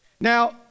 Now